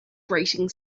grating